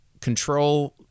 control